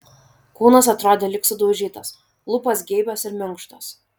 kūnas atrodė lyg sudaužytas lūpos geibios ir minkštos